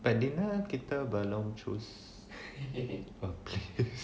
but dinner kita belum choose a place